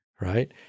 right